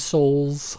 Souls